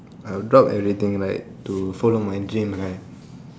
I will drop everything right to follow my dream right